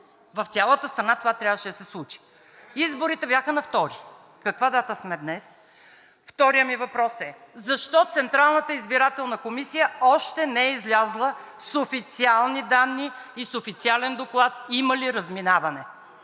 в цялата страна това трябваше да се случи? Изборите бяха на 2-ри, каква дата сме днес? Вторият ми въпрос е: защо Централната избирателна комисия още не е излязла с официални данни и с официален доклад има ли разминаване?